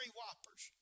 whoppers